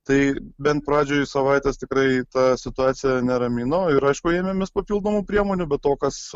tai bent pradžioj savaitės tikrai ta situacija neramino ir aišku ėmėmės papildomų priemonių be to kas